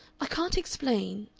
i can't explain